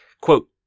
Quote